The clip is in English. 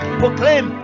proclaim